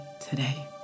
today